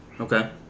Okay